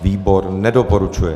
Výbor nedoporučuje.